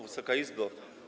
Wysoka Izbo!